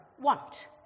want